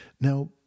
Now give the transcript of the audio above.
Now